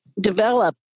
develop